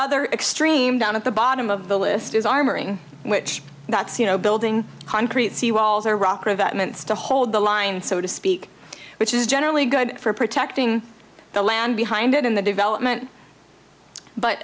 other extreme down at the bottom of the list is armoring which that's you know building concrete sea walls or rock or that meant to hold the line so to speak which is generally good for protecting the land behind it in the development but